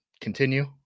continue